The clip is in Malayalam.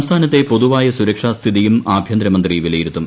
സംസ്ഥാനത്തെ പൊതുവായ സുരക്ഷാസ്ഥിതിയും ആഭ്യന്തരമന്ത്രി വിലയിരുത്തും